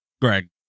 Greg